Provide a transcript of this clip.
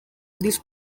this